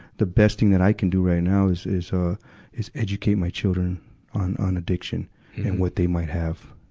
the best thing that i can do right now is, is, um, ah is educate my children on, on addiction and what they might have.